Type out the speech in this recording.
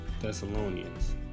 Thessalonians